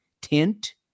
tint